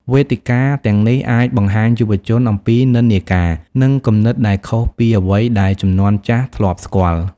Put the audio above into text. វេទិកាទាំងនេះអាចបង្ហាញយុវជនអំពីនិន្នាការ និងគំនិតដែលខុសពីអ្វីដែលជំនាន់ចាស់ធ្លាប់ស្គាល់។